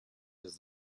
does